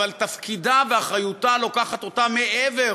אבל תפקידה ואחריותה לוקחים אותה מעבר